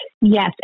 yes